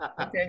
okay